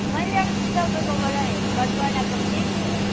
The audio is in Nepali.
मैले अस्ति तपाईँकोबाट हेयर कट गराएको थिएँ नि